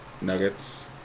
nuggets